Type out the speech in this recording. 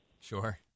Sure